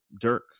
Dirk